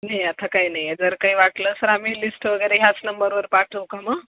नाही आता काही नाही आहे जर काही वाटलं सर आम्ही लिस्ट वगैरे ह्याच नंबरवर पाठवू का मग